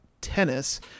tennis